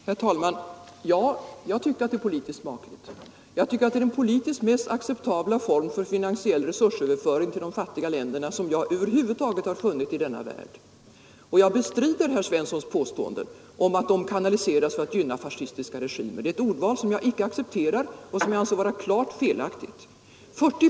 Herr talman! Ja, jag tycker att det är politiskt smakligt. Det är den politiskt mest acceptabla form för finansiell resursöverföring till de fattiga länderna som jag över huvud taget har funnit i denna värld. Jag bestrider herr Svenssons påstående om att pengarna kanaliseras för att gynna fascistiska regimer. Det är ett ordval som jag icke accepterar och som jag anser vara klart felaktigt.